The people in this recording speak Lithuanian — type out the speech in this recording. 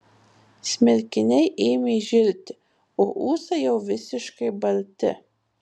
smilkiniai ėmė žilti o ūsai jau visiškai balti